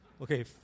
Okay